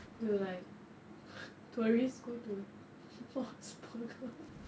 will like tourist go to like Mos Burger